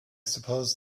suppose